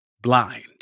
blind